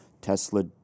Tesla